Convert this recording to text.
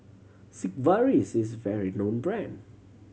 Sigvaris is a well known brand